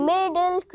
Middle